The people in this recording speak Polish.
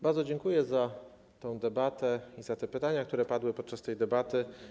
Bardzo dziękuję za tą debatę, za pytania, które padły podczas tej debaty.